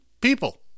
people